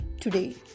today